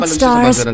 stars